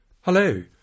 Hello